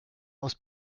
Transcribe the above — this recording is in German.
aus